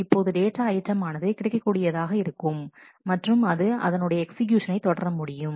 இப்போது டேட்டா ஐட்டமானது கிடைக்கக்கூடியதாக இருக்கும் மற்றும் அது அதனுடைய எக்ஸிக்யூசனை தொடர முடியும்